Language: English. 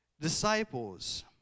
disciples